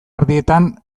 erdietan